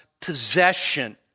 possession